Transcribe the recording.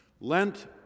Lent